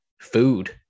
food